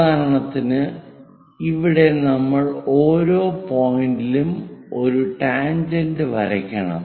ഉദാഹരണത്തിന് ഇവിടെ നമ്മൾ ഓരോ പോയിന്റിലും ഒരു ടാൻജെന്റ് വരയ്ക്കണം